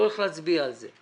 לא הולך להצביע על זה.